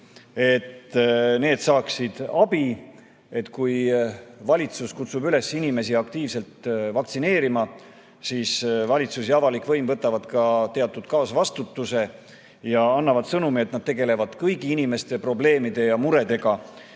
mõjud, saaksid abi. Kui valitsus kutsub üles inimesi aktiivselt vaktsineerima, siis valitsus ja avalik võim võtavad ka teatud kaasvastutuse ja annavad sõnumi, et nad tegelevad kõigi inimeste probleemide ja muredega